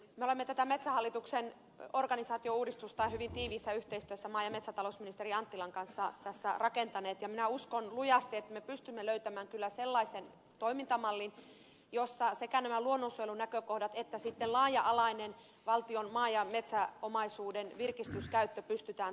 me olemme tätä metsähallituksen organisaatiouudistusta hyvin tiiviissä yhteistyössä maa ja metsätalousministeri anttilan kanssa tässä rakentaneet ja minä uskon lujasti että me pystymme löytämään kyllä sellaisen toimintamallin jossa sekä nämä luonnonsuojelunäkökohdat että sitten laaja alainen valtion maa ja metsäomaisuuden virkistyskäyttö pystytään turvaamaan